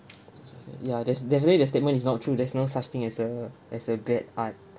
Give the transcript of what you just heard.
ya there's definitely the statement is not true there's no such thing as a as a bad art